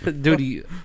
Dude